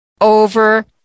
over